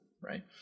right